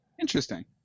interesting